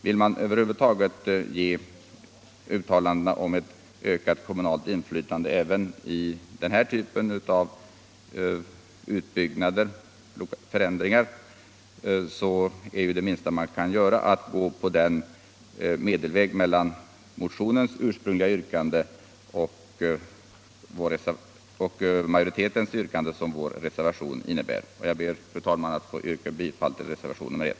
Vill man över huvud taget ge uttalandena om ökat kommunalt inflytande ett innehåll är det minsta man kan göra att gå den medelväg mellan motionens ursprungliga yrkande och majoritetens yrkande som vår reservation innebär. Jag ber, fru talman, att få yrka bifall till reservationen 1.